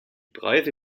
preise